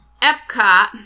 Epcot